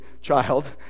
child